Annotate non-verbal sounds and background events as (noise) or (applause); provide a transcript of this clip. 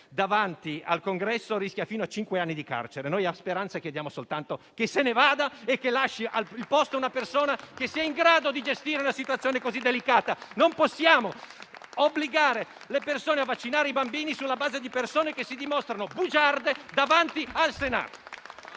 davanti al Congresso rischia fino a cinque anni di carcere; noi a Speranza chiediamo soltanto che se ne vada (applause) e che lasci il posto a una persona che sia in grado di gestire una situazione così delicata. Non possiamo obbligare le persone a vaccinare i bambini sulla base di dichiarazioni di persone che si dimostrano bugiarde davanti al Senato.